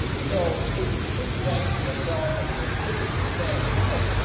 so to so keep saying to yourself and to your kids to save money,